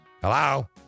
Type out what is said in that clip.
hello